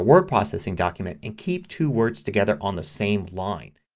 word processing document and keep two words together on the same line.